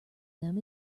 them